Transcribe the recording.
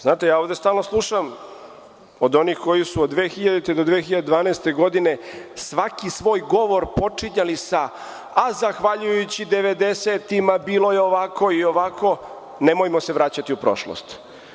Znate, ja ovde stalno slušam od onih koji su od 2000. do 2012. godine svaki svoj govor počinjali sa – a zahvaljujućim devedesetim bilo je ovako i ovako, nemojmo se vraćati u prošlost.